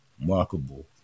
remarkable